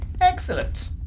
Excellent